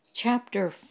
chapter